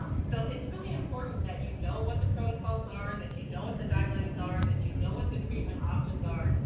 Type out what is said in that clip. um so it's really important that you know what the protocols are, that you know what the guidelines ah are, that know what the treatment options are,